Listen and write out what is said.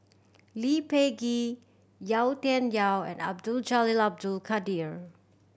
Lee Peh Gee Yau Tian Yau and Abdul Jalil Abdul Kadir